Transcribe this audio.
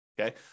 okay